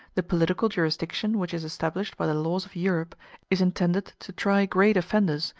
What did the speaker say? the political jurisdiction which is established by the laws of europe is intended to try great offenders,